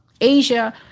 Asia